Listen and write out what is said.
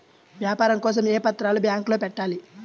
వ్యాపారం కోసం ఏ పత్రాలు బ్యాంక్లో పెట్టాలి?